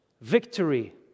victory